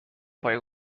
پایه